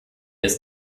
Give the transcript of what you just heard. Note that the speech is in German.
ist